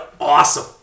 awesome